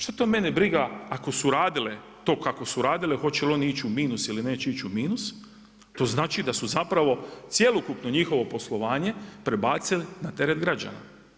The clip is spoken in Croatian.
Šta to mene briga ako su radile to kako su radile hoće li oni ići u minus ili neće ići u minus, to znači da su zapravo cjelokupno njihovo poslovanje prebacili na teret građana.